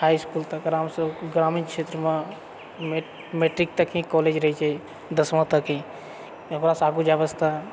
high school तक आरामसँ ग्रामीण क्षेत्रमे मैट्रिक तक ही कॉलेज रहै छै दसवाँ तक ही एकरासँ आगू जाए वास्ते